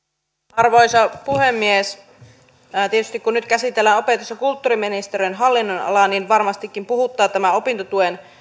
arvoisa puhemies tietysti kun nyt käsitellään opetus ja kulttuuriministeriön hallinnonalaa niin varmastikin puhuttaa tämä opintotuen